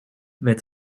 werd